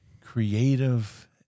creative